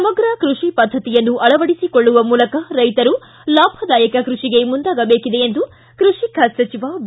ಸಮಗ್ರ ಕೃಷಿ ಪದ್ಧತಿಯನ್ನು ಅಳವಡಿಸಿಕೊಳ್ಳುವ ಮೂಲಕ ರೈತರು ಲಾಭದಾಯಕ ಕೃಷಿಗೆ ಮುಂದಾಗಬೇಕಿದೆ ಎಂದು ಕೃಷಿ ಖಾತೆ ಸಚಿವ ಬಿ